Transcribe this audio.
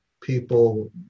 people